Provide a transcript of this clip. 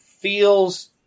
feels